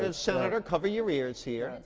and senator, cover your ears here.